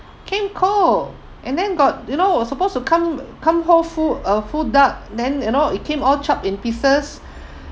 came cold and then got you know was supposed to come uh come whole full uh full duck and then you know it came all chopped in pieces